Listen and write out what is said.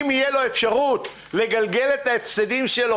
אם תהיה לו אפשרות לגלגל את ההפסדים שלו